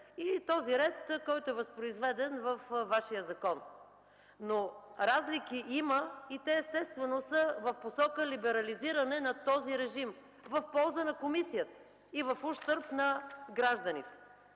и този ред, който е възпроизведен във Вашия закон. Но разлики има. Естествено те са в посока либерализиране на този режим – в полза на комисията, и в ущърб на гражданите.